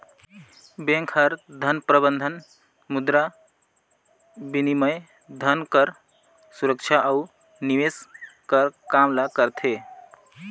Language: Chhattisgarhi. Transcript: बेंक हर धन प्रबंधन, मुद्राबिनिमय, धन कर सुरक्छा अउ निवेस कर काम ल करथे